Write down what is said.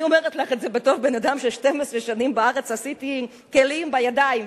אני אומרת לך את זה בתור בן-אדם ש-12 שנים בארץ עשה כלים בידיים,